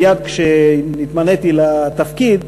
מייד כשנתמניתי לתפקיד,